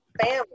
family